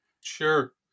Sure